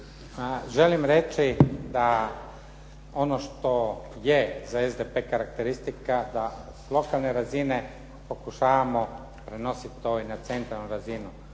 želim reći da ono što je za SDP karakteristika da s lokalne razne pokušavamo prenositi to i na centralnu razinu.